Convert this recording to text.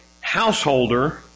householder